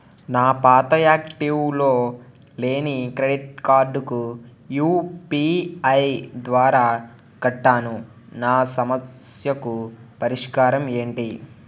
నా పాత యాక్టివ్ లో లేని క్రెడిట్ కార్డుకు యు.పి.ఐ ద్వారా కట్టాను నా సమస్యకు పరిష్కారం ఎంటి?